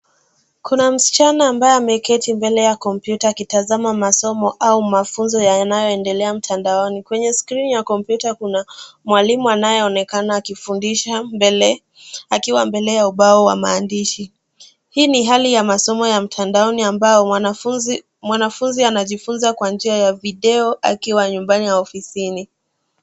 Kuna msichana ambaye ameketi mbele ya kompyuta akitazama masomo au mafunzo yanayoendelea mtandaoni. Kwenye skrini ya kompyuta, kuna mwalimu anayeonekana akifundisha mbele, akiwa mbele ya ubao wa maandishi. Hii ni hali ya masomo ya mtandaoni ambao mwanafunzi anajifunza kwa njia ya video akiwa nyumbani au ofisini.